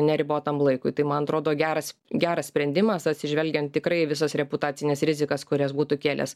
neribotam laikui tai man atrodo geras geras sprendimas atsižvelgiant tikrai į visas reputacines rizikas kurias būtų kėlęs